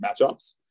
matchups